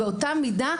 באותה מידה,